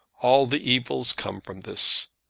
all the evils come from this.